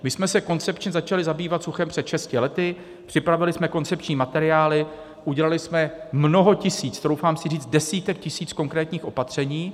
My jsme se koncepčně začali zabývat suchem před šesti lety, připravili jsme koncepční materiály, udělali jsme mnoho tisíc, troufám si říct desítek tisíc konkrétních opatření.